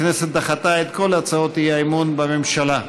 הכנסת דחתה את כל הצעות האי-אמון בממשלה.